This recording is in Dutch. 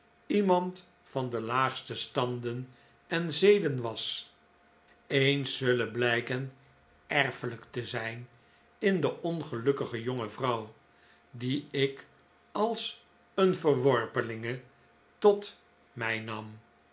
iemand van de laagste standen en zeden was eens zullen blijken erfelijk te zijn in de ongelukkige jonge vrouw die ik als een verworpelinge tot mij nam